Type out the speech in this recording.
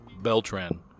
Beltran